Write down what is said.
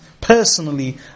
personally